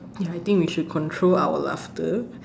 ya I think we should control our laughter